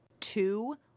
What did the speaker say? two